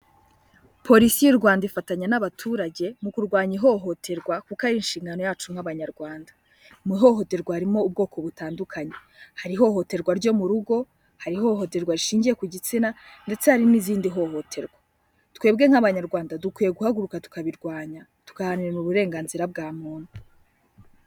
Polisi y'u Rwanda ifatanya n'abaturage mu kurwanya ihohoterwa kuko ari inshingano yacu nk'Abanyarwanda, mu ihohoterwa harimo ubwoko butandukanye, hari ihohoterwa ryo mu rugo, hari ihohoterwa rishingiye ku gitsina ndetse hari n'izindi hohoterwa, twebwe nk'Abanyarwanda dukwiye guhaguruka tukarirwanya tugaharanira uburenganzira bwa muntu.